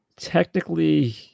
Technically